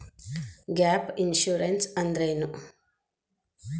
Gap insurance ಅಂದ್ರೇನು?